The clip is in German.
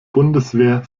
bundeswehr